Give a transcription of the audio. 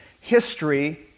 history